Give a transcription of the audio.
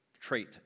trait